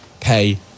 pay